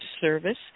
service